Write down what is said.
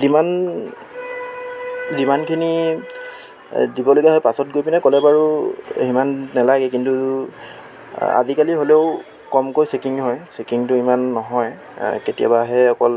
যিমান যিমানখিনি দিবলগীয়া হয় পাছত গৈ পিনে ক'লে বাৰু সিমান নেলাগে কিন্তু আজিকালি হ'লেও কমকৈ চেকিং হয় চেকিংটো ইমান নহয় কেতিয়াবাহে অকল